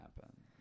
happen